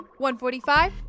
145